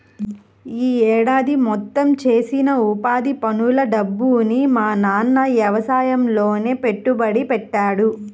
యీ ఏడాది మొత్తం చేసిన ఉపాధి పనుల డబ్బుని మా నాన్న యవసాయంలోనే పెట్టుబడి పెట్టాడు